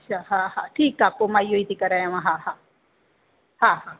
अछा हा हा ठीकु आहे पोइ मां इहो ई थी करायांव हा हा हा हा